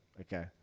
Okay